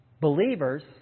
believers